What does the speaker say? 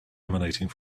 emanating